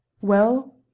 Well